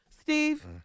Steve